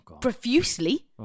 profusely